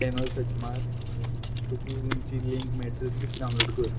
channel search मार तुका जी लिंक मेळटली डावनलोड कर